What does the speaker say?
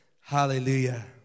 Hallelujah